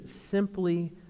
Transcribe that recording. simply